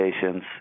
patients